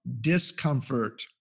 discomfort